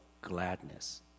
gladness